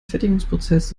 fertigungsprozess